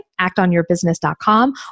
actonyourbusiness.com